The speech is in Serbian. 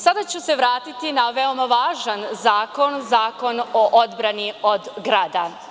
Sada ću se vratiti na veoma važan zakon, Zakon o odbrani od grada.